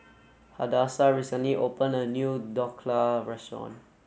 Hadassah recently opened a new Dhokla restaurant